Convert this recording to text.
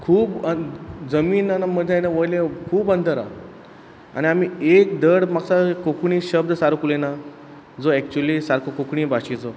खूब अं जमीन वयलें खूब अंतर आ आनी आमी एक धड म्हाक दिसता कोंकणी शब्द सारक उलयना जो एक्चुली सारको कोंकणी भाशेचो